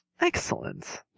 Excellent